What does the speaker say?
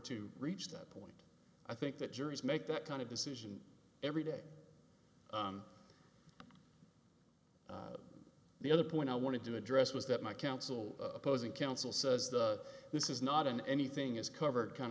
to reach that point i think the jury's make that kind of decision every day the other point i wanted to address was that my counsel opposing counsel says this is not an anything is covered kind